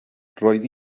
roedd